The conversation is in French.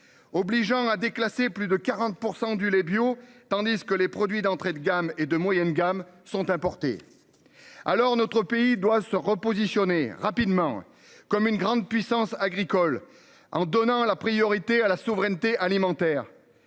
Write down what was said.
Obligeant à déclasser. Plus de 40% du lait bio tandis que les produits d'entrée de gamme et de moyenne gamme sont importées. Alors notre pays doit se repositionner rapidement comme une grande puissance agricole en donnant la priorité à la souveraineté alimentaire.